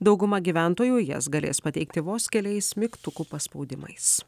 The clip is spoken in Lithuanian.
dauguma gyventojų jas galės pateikti vos keliais mygtukų paspaudimais